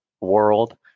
world